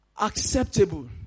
acceptable